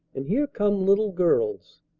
and here come little girls,